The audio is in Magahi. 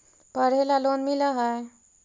पढ़े ला लोन मिल है?